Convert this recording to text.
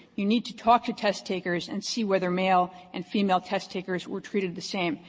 you need to talk to test-takers and see whether male and female test-takers were treated the same.